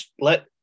let